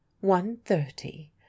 one-thirty